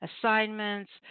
assignments